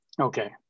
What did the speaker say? Okay